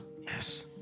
Yes